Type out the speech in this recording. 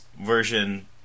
version